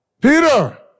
Peter